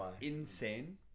insane